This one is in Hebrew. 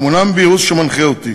אמונם בי הוא שמנחה אותי